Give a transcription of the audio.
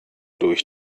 durch